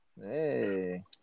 Hey